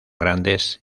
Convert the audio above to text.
grandes